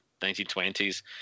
1920s